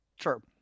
Sure